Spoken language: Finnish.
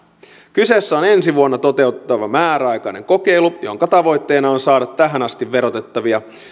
kyseessä on ensi vuonna toteutettava määräaikainen kokeilu jonka tavoitteena on saada tähän asti verotettavia